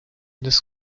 this